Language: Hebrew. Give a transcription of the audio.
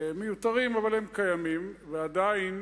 מיותרים, אבל הם קיימים, ועדיין